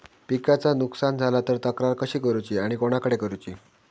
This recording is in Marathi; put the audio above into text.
पिकाचा नुकसान झाला तर तक्रार कशी करूची आणि कोणाकडे करुची?